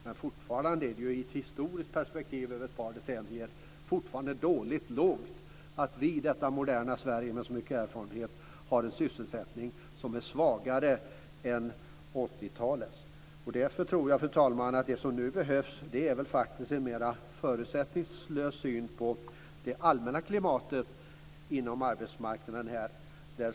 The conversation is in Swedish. Men fortfarande är det, i ett historiskt perspektiv över ett par decennier, dåligt att vi i det moderna Sverige med så mycket erfarenhet har en sysselsättning som är svagare än 80 talets. Därför tror jag, fru talman, att det som nu behövs är en mer förutsättningslös syn på det allmänna klimatet inom arbetsmarknaden.